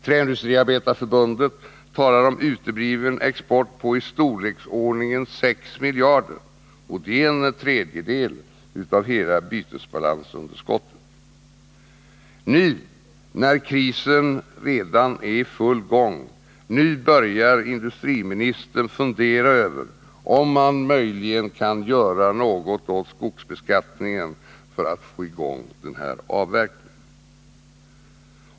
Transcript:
Träindustriarbetareförbundet talar om utebliven export på ungefär sex miljarder. Det är en tredjedel av hela bytesbalansunderskottet! Nu — när krisen redan är i full gång — nu börjar industriministern fundera över, om man möjligen kan göra något åt skogsbeskattningen för att få i gång avverkningen.